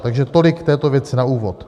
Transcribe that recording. Takže tolik k této věci na úvod.